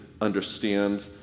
understand